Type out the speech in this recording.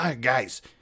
guys